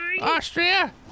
Austria